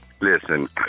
Listen